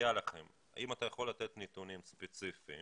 אתה יכול לתת נתונים ספציפיים